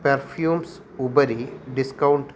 perfumes उपरि discount